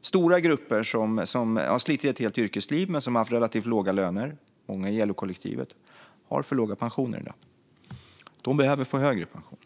Stora grupper som har slitit ett helt yrkesliv med relativt låga löner, varav många i LO-kollektivet, har för låga pensioner i dag. De behöver få högre pension.